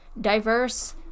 diverse